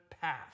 path